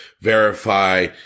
verify